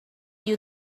you